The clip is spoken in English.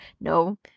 no